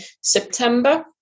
september